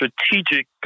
strategic